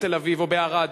בתל-אביב או בערד?